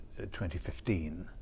2015